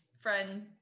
friend